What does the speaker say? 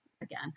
again